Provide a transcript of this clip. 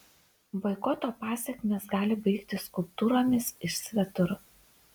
boikoto pasekmės gali baigtis skulptūromis iš svetur